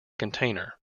container